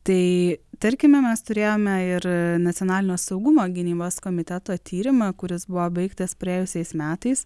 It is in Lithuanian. tai tarkime mes turėjome ir nacionalinio saugumo gynybos komiteto tyrimą kuris buvo baigtas praėjusiais metais